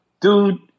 Dude